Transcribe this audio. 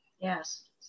Yes